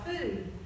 food